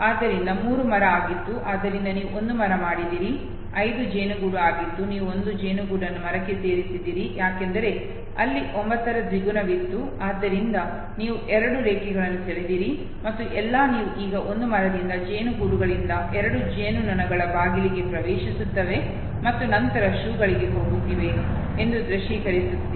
ಆದ್ದರಿಂದ 3 ಮರ ಆಗಿತ್ತು ಆದ್ದರಿಂದ ನೀವು ಒಂದು ಮರ ಮಾಡಿದಿರಿ 5 ಜೇನುಗೂಡು ಆಗಿತ್ತು ನೀವು ಒಂದು ಜೇನುಗೂಡನ್ನು ಮರಕ್ಕೆ ಸೇರಿಸಿದಿರಿ ಯಾಕೆಂದರೆ ಅಲ್ಲಿ 9ರ ದ್ವಿಗುಣವಿತ್ತು ಆದ್ದರಿಂದ ನೀವು 2 ರೇಖೆಗಳನ್ನು ಸೆಳೆದಿರಿ ಮತ್ತು ಎಲ್ಲಾ ನೀವು ಈಗ ಒಂದು ಮರದಿಂದ ಜೇನುಗೂಡುಗಳಿಂದ 2 ಜೇನುನೊಣಗಳು ಬಾಗಿಲಿಗೆ ಪ್ರವೇಶಿಸುತ್ತಿವೆ ಮತ್ತು ನಂತರ ಶೂಗೆ ಹೋಗುತ್ತಿವೆ ಎಂದು ದೃಶ್ಯೀಕರಿಸುತ್ತಿದೆ